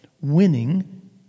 winning